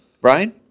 Brian